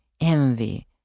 envy